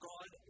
God